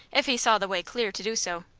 if he saw the way clear to do so.